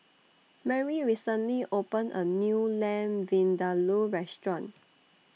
Merry recently opened A New Lamb Vindaloo Restaurant